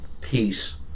peace